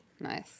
Nice